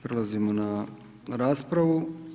Prelazimo na raspravu.